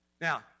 Now